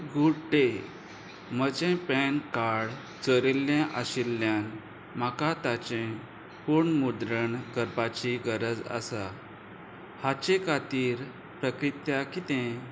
good day म्हजें PAN card चोरिल्लें आशिल्ल्यान म्हाका ताचें पुर्ण मुद्रण करपाची गरज आसा हाचे खातीर प्रक्रिया कितें